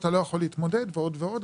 אתה לא יכול להתמודד ועוד ועוד,